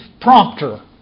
prompter